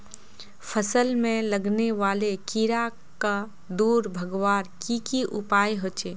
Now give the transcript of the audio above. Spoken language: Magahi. फसल में लगने वाले कीड़ा क दूर भगवार की की उपाय होचे?